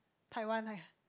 Taiwan ah